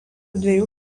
dviejų